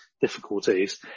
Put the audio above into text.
difficulties